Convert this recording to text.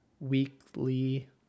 Weekly